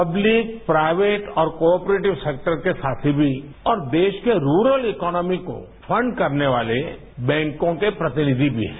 public private और cooperative sector के साथी भी हैं और देश केरूलर इकोनॉमी को फंड करने वाले बैंकों के प्रतिनिधि भी हैं